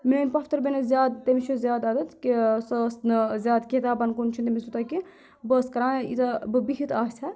میٲنۍ پۄپھتٕر بَیٚنہِ ٲس زیادٕ تٔمِس چھُ زیادٕ عادَت کہِ سُہٕ ٲسۍ نہٕ زیادٕ کِتابَن کُن چھُ نہٕ تٔمِس یوٗتاہ کینٛہ بہٕ ٲسٕس کَران ییٖژاہ بہٕ بِہِتھ آسہِ ہا